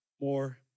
more